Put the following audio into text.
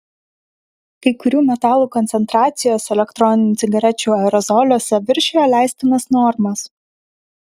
kai kurių metalų koncentracijos elektroninių cigarečių aerozoliuose viršijo leistinas normas